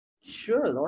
sure